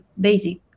basic